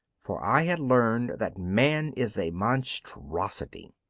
for i had learnt that man is a monstrosity.